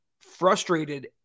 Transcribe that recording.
frustrated